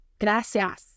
Gracias